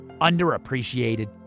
underappreciated